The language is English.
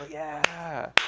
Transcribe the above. yeah!